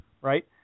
Right